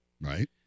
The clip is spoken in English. Right